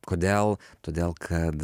kodėl todėl kad